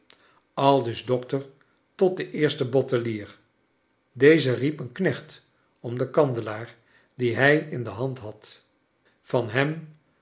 aldus dokter tot den eersten bottelier deze riep een knecht om den kandelaar dien hij in de hand had van hem